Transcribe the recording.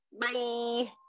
Bye